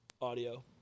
audio